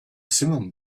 simum